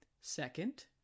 Second